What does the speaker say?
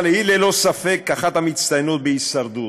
אבל היא ללא ספק אחת המצטיינות בהישרדות.